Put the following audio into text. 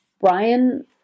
Brian